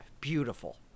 beautiful